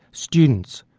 students,